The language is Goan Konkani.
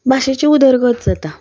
भाशेची उदरगत जाता